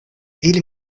ili